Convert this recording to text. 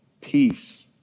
peace